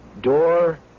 door